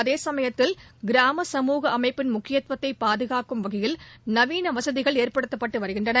அதே சமயத்தில் கிராம சமூக அமைப்பின் முக்கியத்துவத்தை பாதுகாக்கும் வகையில் நவீன வசதிகள் ஏற்படுத்தப்பட்டு வருகின்றன